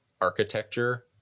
architecture